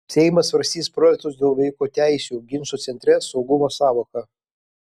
seimas svarstys projektus dėl vaiko teisių ginčo centre saugumo sąvoka